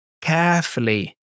carefully